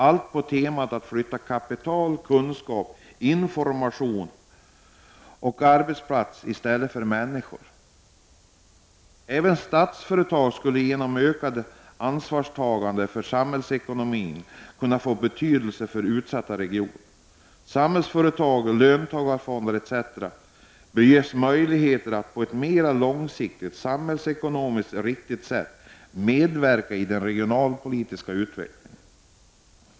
Allt detta bör ske enligt principen: Flytta kapital, kunskap, information och arbetsplatser i stället för människor. Även Statsföretag skulle — genom ett ökat ansvarstagande för samhällsekonomin — kunna få betydelse för utsatta regioner. Samhällsföretag, löntagarfonder osv. bör ges möjligheter att på ett mera långsiktigt och samhällsekonomiskt riktigt sätt medverka i den regionalpolitiska utvecklingen.